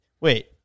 wait